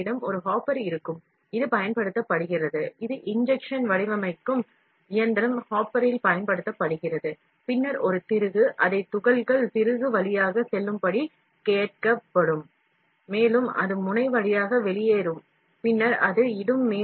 நாம் ஒரு ஹாப்பர் வைத்திருப்போம் இன்ஜெக்ஷன் மோல்டிங் மெஷின் ஹாப்பரைப் போலவே இங்கே துகள்கள் திருகு வழியாக அனுப்பப்படுகின்றன அது முனை வழியாக வெளியேறும் பின்னர் அது மேசையில் வைக்கப்படும்